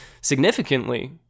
significantly